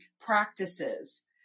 practices